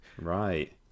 Right